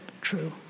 true